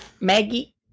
Maggie